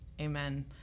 amen